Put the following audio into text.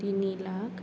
তিনি লাখ